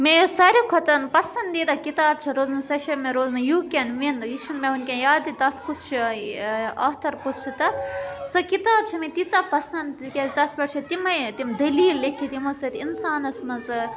مےٚ یۄس ساروی کھۄتہٕ پَسَنٛدیٖدہ کِتاب چھےٚ روٗزمٕژ سۄ چھےٚ مےٚ روٗزمٕژ یوٗ کین وِن یہِ چھِنہٕ مےٚ ؤنکٮ۪ن یاد تہِ تَتھ کُس چھُ آتھَر کُس چھُ تَتھ سۄ کِتاب چھِ مےٚ تیٖژاہ پَسنٛد تِکیازِ تَتھ پٮ۪ٹھ چھِ تِمَے تِم دٔلیٖل لیٚکھِتھ یِمو سۭتۍ اِنسانَس منٛز